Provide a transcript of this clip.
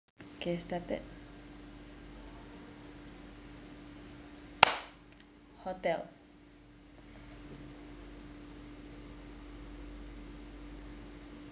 okay started hotel